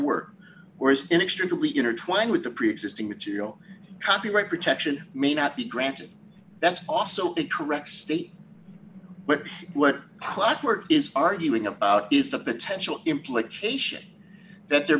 entire were or is inextricably intertwined with the preexisting material copyright protection may not be granted that's also a correct state but what clockwork is arguing about is the potential implication that there